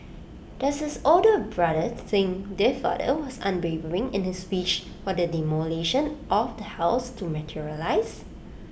does his older brother think their father was unwavering in his wish for the demolition of the house to materialise